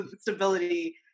stability